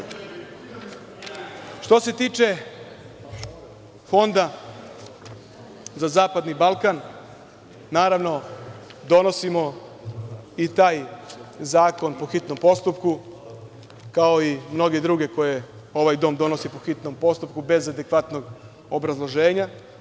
Što se tiče Fonda za zapadniBalkan, naravno donosimo i taj zakon po hitnom postupku, kao i mnoge druge koje ovaj dom donosi po hitnom postupku bez adekvatnog obrazloženja.